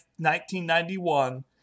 1991